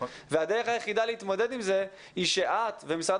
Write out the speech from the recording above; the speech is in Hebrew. והדרך היחידה להתמודד עם זה היא שאת ומשרד